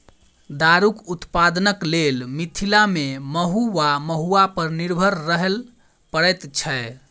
दारूक उत्पादनक लेल मिथिला मे महु वा महुआ पर निर्भर रहय पड़ैत छै